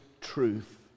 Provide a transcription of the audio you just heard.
truth